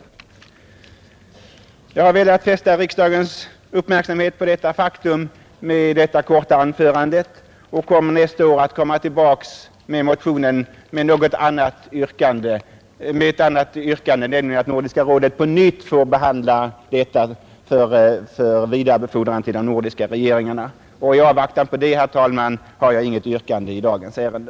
Jag har med detta korta anförande velat fästa riksdagens uppmärksamhet på detta faktum och kommer nästa år tillbaka med motionen med ett annat yrkande, nämligen att Nordiska rådet på nytt får behandla frågan för vidarebefordran till de nordiska regeringarna. I avvaktan på det har jag, herr talman, inget yrkande i dagens ärende.